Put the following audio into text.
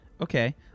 Okay